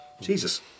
Jesus